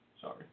Sorry